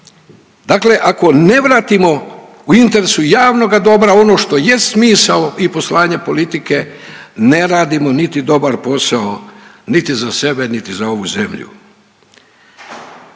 Dakle, ako ne vratimo u interesu javnoga dobra ono što jest smisao i poslanje politike ne radimo niti dobar posao niti za sebe niti za ovu zemlju.